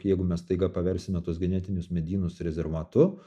jeigu mes staiga paversime tuos genetinius medynus rezervatu